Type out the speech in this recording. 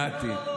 איך ידעתי.